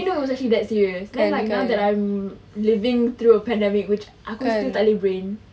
I didn't know it was actually that serious then now that I'm living through a pandemic which aku still tak boleh brain